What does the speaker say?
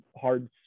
hard